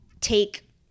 take